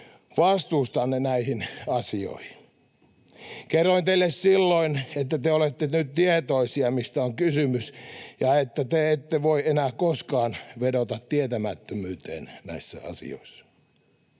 vastuustanne näihin asioihin. Kerroin teille silloin, että te olette nyt tietoisia, mistä on kysymys, ja että te ette voi enää koskaan vedota tietämättömyyteen näissä asioissa.